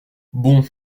bon